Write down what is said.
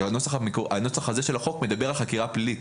כי הנוסח הזה של החוק מדבר על חקירה פלילית.